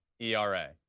ERA